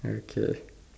okay